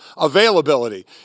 availability